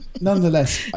nonetheless